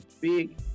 big